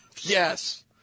Yes